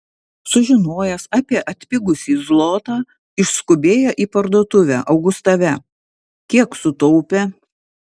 sužinojęs apie atpigusį zlotą išskubėjo į parduotuvę augustave kiek sutaupė